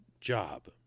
job